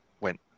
went